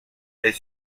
est